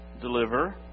deliver